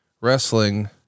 wrestling